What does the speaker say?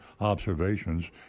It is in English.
observations